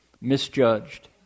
misjudged